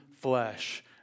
flesh